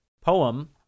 poem